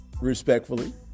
respectfully